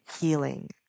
healing